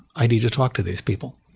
i need to talk to these people.